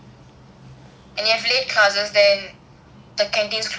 and if you got late classes then the canteens close very early